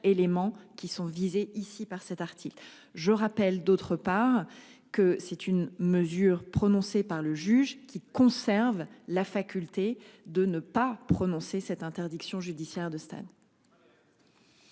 je rappelle d'autre part que c'est une mesure prononcée par le juge qui conserve la faculté de ne pas prononcer cette interdiction judiciaire de stade.